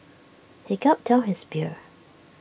he gulped down his beer